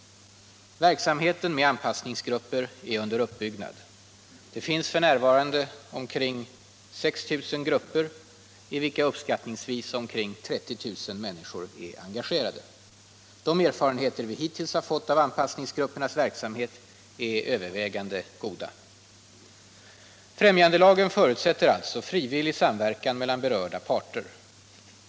Verksamheten med anpassningsgrupper är under uppbyggnad. Det finns f. n. ca 6 000 grupper i vilka uppskattningsvis 30 000 människor är engagerade. De erfarenheter vi hittills har fått av anpassningsgruppernas verksamhet är övervägande goda. Främjandelagen förutsätter således frivillig samverkan mellan berörda parter.